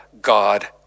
God